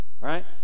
right